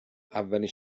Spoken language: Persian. اولین